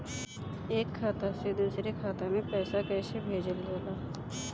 एक खाता से दुसरे खाता मे पैसा कैसे भेजल जाला?